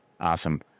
Awesome